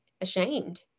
ashamed